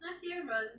那些人